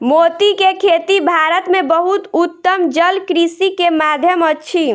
मोती के खेती भारत में बहुत उत्तम जलकृषि के माध्यम अछि